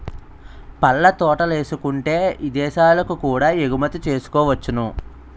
పళ్ళ తోటలేసుకుంటే ఇదేశాలకు కూడా ఎగుమతి సేసుకోవచ్చును